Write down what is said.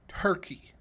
Turkey